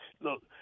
Look